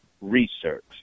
research